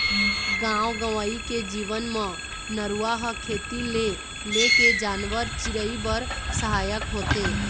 गाँव गंवई के जीवन म नरूवा ह खेती ले लेके जानवर, चिरई बर सहायक होथे